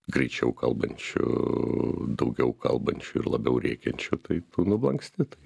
greičiau kalbančių daugiau kalbančių ir labiau rėkiančių tai tu nublanksti tai